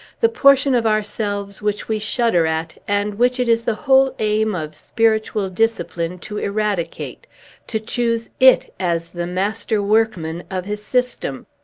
the portion of ourselves which we shudder at, and which it is the whole aim of spiritual discipline to eradicate to choose it as the master workman of his system?